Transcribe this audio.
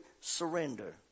surrender